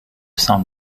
san